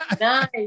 nice